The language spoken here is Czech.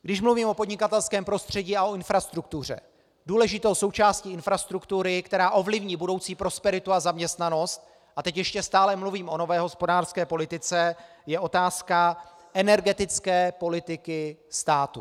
Když mluvím o podnikatelském prostředí a o infrastruktuře, důležitou součástí infrastruktury, která ovlivní budoucí prosperitu a zaměstnanost a teď ještě stále mluvím o nové hospodářské politice , je otázka energetické politiky státu.